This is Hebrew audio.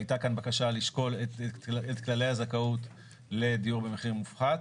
הייתה כאן בקשה לשקול את כללי הזכאות לדיור במחיר מופחת,